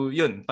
yun